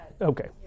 Okay